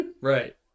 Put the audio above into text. right